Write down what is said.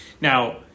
Now